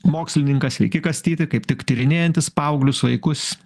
mokslininkas sveiki kastyti kaip tik tyrinėjantis paauglius vaikus